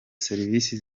serivisi